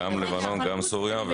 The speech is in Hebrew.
גם לבנון וגם סוריה.